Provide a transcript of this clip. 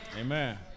Amen